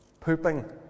Pooping